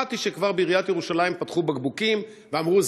שמעתי שבעיריית ירושלים כבר פתחו בקבוקים ואמרו: